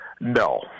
No